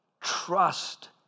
trust